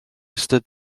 stood